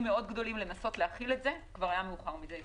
מאוד גדולים לנסות להכיל את זה - זה כבר היה מפושט,